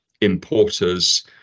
importers